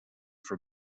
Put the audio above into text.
for